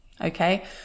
okay